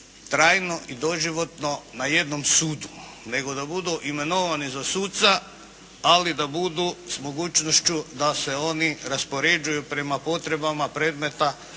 trajno i doživotno na jednom sudu nego da budu imenovani za suca ali da budu s mogućnošću da se oni raspoređuju prema potrebama predmeta